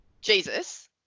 Jesus